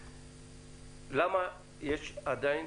למה יש עדיין